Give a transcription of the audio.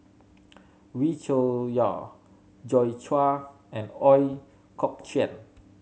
Wee Cho Yaw Joi Chua and Ooi Kok Chuen